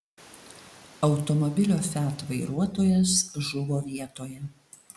automobilio fiat vairuotojas žuvo vietoje